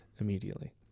immediately